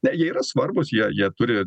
ne jie yra svarbūs jie jie turi